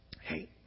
hey